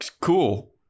cool